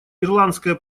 ирландское